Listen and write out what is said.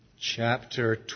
chapter